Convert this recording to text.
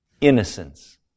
innocence